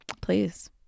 please